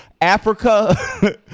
Africa